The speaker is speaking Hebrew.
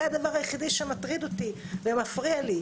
זה הדבר היחידי שמטריד אותי ומפריע לי,